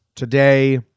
Today